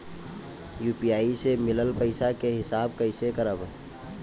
UPI से मिलल पईसा के हिसाब कइसे करब?